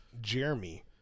Jeremy